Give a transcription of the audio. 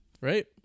Right